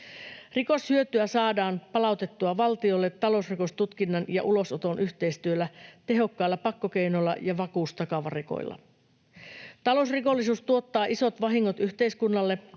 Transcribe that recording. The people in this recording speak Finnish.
Rikoshyötyä saadaan palautettua valtiolle talousrikostutkinnan ja ulosoton yhteistyöllä, tehokkailla pakkokeinoilla ja vakuustakavarikoilla. Talousrikollisuus tuottaa isot vahingot yhteiskunnalle.